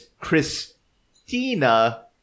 Christina